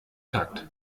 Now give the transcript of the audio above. takt